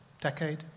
decade